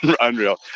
Unreal